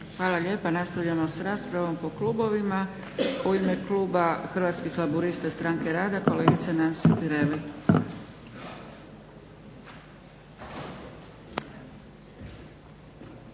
Hvala lijepa. Nastavljamo s raspravom po klubovima. U ime kluba Hrvatskih laburista-Stranke rada kolegica Nansi Tireli.